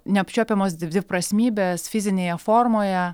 neapčiuopiamos dvi dviprasmybės fizinėje formoje